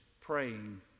praying